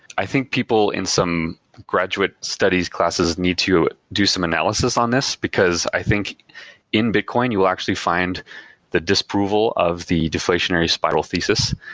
i think people in some graduate study classes need to do some analysis on this, because i think in bitcoin you will actually find the disapproval of the deflationary spiral thesis,